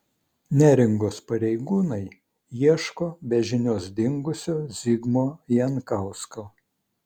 neringos pareigūnai ieško be žinios dingusio zigmo jankausko